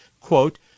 quote